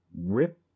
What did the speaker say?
Rip